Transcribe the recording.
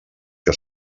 que